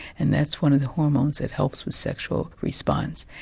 and that's one of the hormones that helps with sexual response,